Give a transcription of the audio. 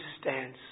stance